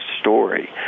story